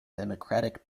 democratic